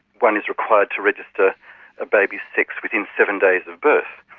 one is required to register a baby's sex within seven days of birth.